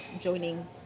joining